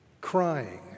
crying